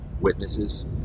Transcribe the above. Witnesses